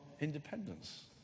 independence